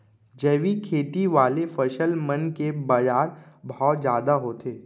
जैविक खेती वाले फसल मन के बाजार भाव जादा होथे